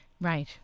Right